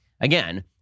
again